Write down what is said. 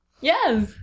Yes